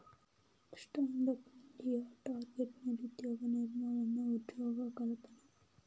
stand up India target నిరుద్యోగ నిర్మూలన, ఉజ్జోగకల్పన